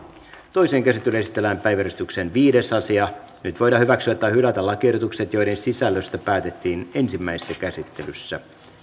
toiseen käsittelyyn esitellään päiväjärjestyksen viides asia nyt voidaan hyväksyä tai hylätä lakiehdotukset joiden sisällöstä päätettiin ensimmäisessä käsittelyssä